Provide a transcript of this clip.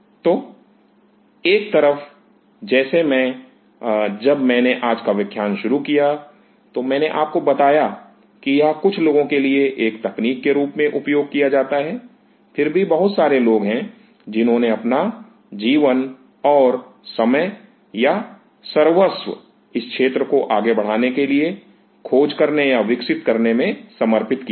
तो एक तरफ जैसे मैं जब मैंने आज व्याख्यान शुरू किया तो मैंने आपको बताया कि यह कुछ लोगों के लिए एक तकनीक के रूप में उपयोग किया जाता है फिर भी बहुत सारे लोग हैं जिन्होंने अपना जीवन और समय या सर्वस्व इस क्षेत्र को आगे बढ़ाने के लिए खोज करने या विकसित करने में समर्पित किया है